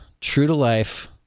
true-to-life